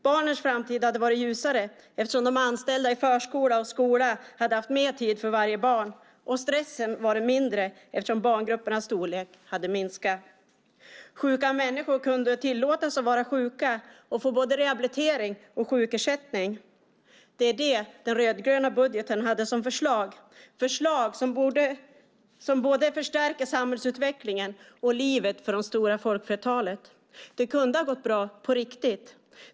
Barnens framtid hade varit ljusare eftersom de anställda i förskola och skola hade haft mer tid för varje barn. Stressen hade varit mindre eftersom barngruppernas storlek hade minskat. Sjuka människor kunde ha tillåtits vara sjuka och få både rehabilitering och sjukersättning. Det är vad den rödgröna budgeten föreslår. Det är ett förslag som hade stärkt samhällsutvecklingen och livet för det stora flertalet. Det kunde ha gått bra på riktigt.